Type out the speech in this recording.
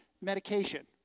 medication